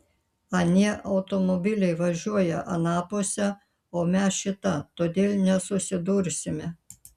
anie automobiliai važiuoja ana puse o mes šita todėl nesusidursime